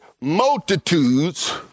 multitudes